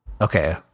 Okay